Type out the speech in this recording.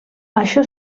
això